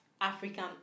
African